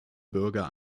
bürger